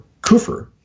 kufr